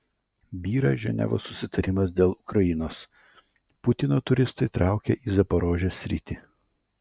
byra ženevos susitarimas dėl ukrainos putino turistai traukia į zaporožės sritį